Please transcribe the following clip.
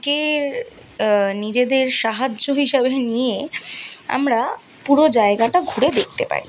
কে নিজেদের সাহায্য হিসাবে নিয়ে আমরা পুরো জায়গাটা ঘুরে দেখতে পারি